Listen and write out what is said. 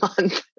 month